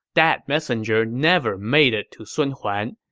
that messenger never made it to sun huan.